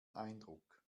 eindruck